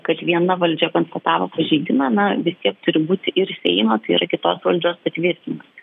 kad viena valdžia konstatavo pažeidimą na vis tiek turi būti ir seimas tai yra kitos valdžios patvirtinimas